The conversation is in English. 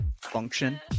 function